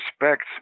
respects